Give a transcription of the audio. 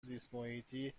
زیستمحیطی